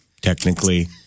Technically